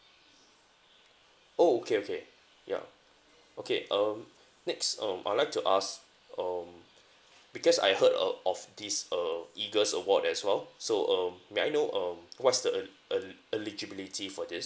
oh okay okay ya okay um next um I would like to ask um because I heard uh of this uh EAGLES award as well so um may I know um what is the eli~ eli~ eligibility for this